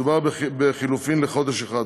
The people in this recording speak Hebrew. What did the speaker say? מדובר בחילופים לחודש אחד רק,